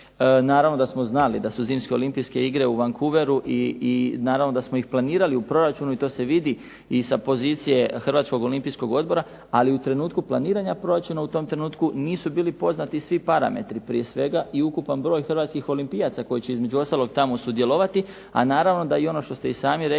Naravno da smo znali da su Zimske olimpijske igre u Vancuveru i naravno da smo ih planirali u proračunu i to se vidi sa pozicije Hrvatskog olimpijskog odbora, ali u trenutku planiranja proračuna u tom trenutku nisu bili poznati svi parametri prije svega i ukupan broj hrvatskih olimpijaca koji će između ostalog tamo sudjelovati. A naravno da i ono što ste i sami rekli